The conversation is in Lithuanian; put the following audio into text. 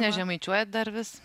nežemaičiuojat dar vis